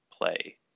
Play